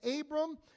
Abram